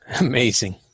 Amazing